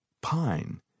pine